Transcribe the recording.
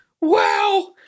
wow